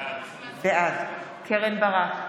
בעד קרן ברק,